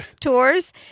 tours